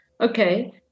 Okay